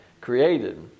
created